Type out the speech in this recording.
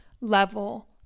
level